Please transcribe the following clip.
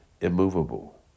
immovable